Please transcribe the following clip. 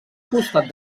costat